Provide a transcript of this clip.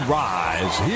rise